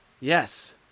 Yes